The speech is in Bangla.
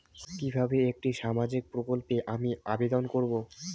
কিভাবে একটি সামাজিক প্রকল্পে আমি আবেদন করব?